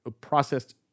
processed